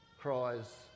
cries